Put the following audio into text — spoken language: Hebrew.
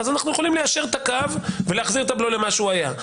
אז אנחנו יכולים ליישר את הקו ולהחזיר את הבלו למה שהוא היה.